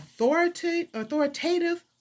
authoritative